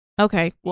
okay